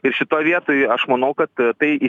ir šitoj vietoj aš manau kad tai